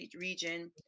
region